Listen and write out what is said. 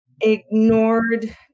ignored